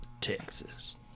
Texas